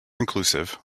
inclusive